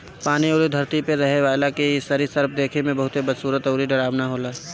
पानी अउरी धरती पे रहेवाला इ सरीसृप देखे में बहुते बदसूरत अउरी डरावना होला